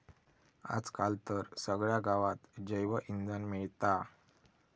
आज काल तर सगळ्या गावात जैवइंधन मिळता